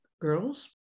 girls